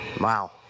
Wow